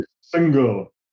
single